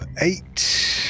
Eight